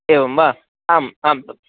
एवं वा आम् आम्